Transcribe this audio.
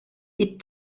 est